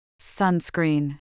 Sunscreen